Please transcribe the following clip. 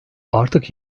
artık